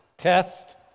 test